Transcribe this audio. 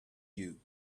you